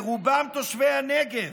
רובם תושבי הנגב,